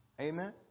Amen